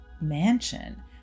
mansion